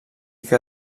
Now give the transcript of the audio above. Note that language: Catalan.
que